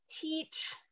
teach